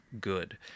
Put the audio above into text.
good